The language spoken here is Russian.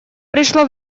пришло